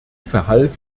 verhalf